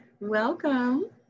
welcome